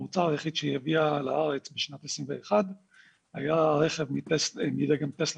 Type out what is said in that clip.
המוצר היחיד שהיא הביאה לארץ בשנת 2021 היה רכב מדגם טסלה